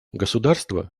государства